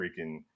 freaking